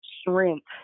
strength